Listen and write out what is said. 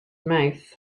mouth